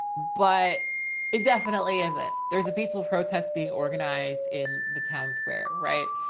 but it definitely isn't, there's a peaceful protest being organized in the town square, right?